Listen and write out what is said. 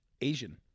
Asian